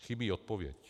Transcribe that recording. Chybí odpověď.